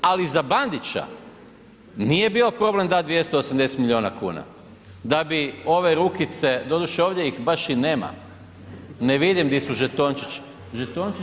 Ali za Bandića nije bio problem dati 280 milijuna kuna da bi ove rukice, doduše ovdje ih baš i nema, ne vidim di su žetončići.